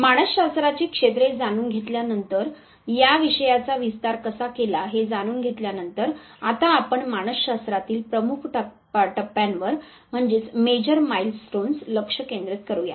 मानसशास्त्राची क्षेत्रे जाणून घेतल्यानंतर या विषयाचा विस्तार कसा केला हे जाणून घेतल्यानंतर आता आपण मानसशास्त्रातील प्रमुख टप्प्यांवर लक्ष केंद्रित करूया